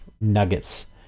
nuggets